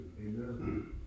Amen